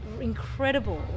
incredible